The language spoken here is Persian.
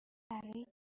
برای